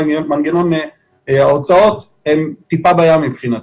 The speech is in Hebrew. מנגנון ההוצאות, מבחינתנו הוא טיפה בים.